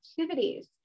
activities